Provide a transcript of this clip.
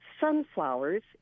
sunflowers